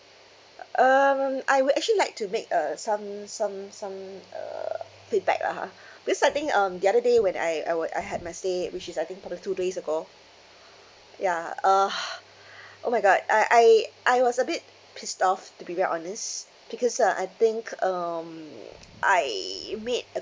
um I would actually like to make uh some some some uh feedback lah ha because I think um the other day when I I were I had my stay which is I think proba~ two days ago ya uh oh my god I I I was a bit pissed off to be very honest because uh I think um I made a